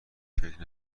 فکر